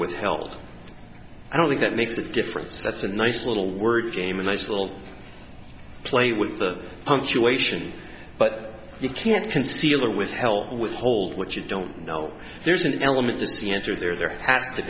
withheld i don't think that makes a difference that's a nice little word game a nice little play with the punctuation but you can't conceal or with help with hold what you don't know there's an element to see answer there there ha